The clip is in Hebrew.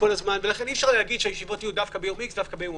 לכן אי אפשר לומר שהישיבות יהיו דווקא ביום מסוים.